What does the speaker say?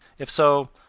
if so,